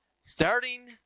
starting